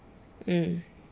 mm